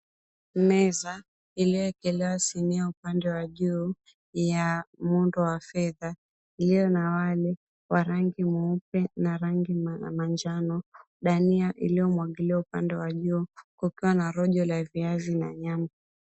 Meza iliyoekelewa sinia upande wa juu ya muundo wa fedha, iliyo na wali wa rangi mweupe na rangi ya manjano dania iliyomwagiliwa upande wa juu ukiwa na rojo la viazi na nyama.